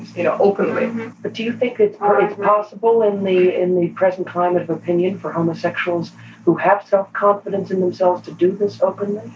you know, openly but do you think that it's possible in the in the present climate of opinion for homosexuals who have self-confidence in themselves to do this openly?